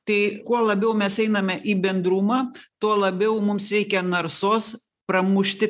tai kuo labiau mes einame į bendrumą tuo labiau mums reikia narsos pramušti